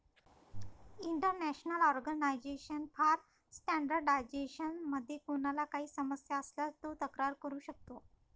international Organization for Standardization मध्ये कोणाला काही समस्या असल्यास तो तक्रार करू शकतो